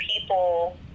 people